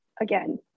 again